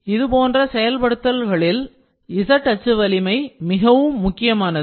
இதுபோன்ற செயல்படுத்தல்களில் z அச்சு வலிமை மிகவும் முக்கியமானது